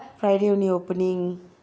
friday only opening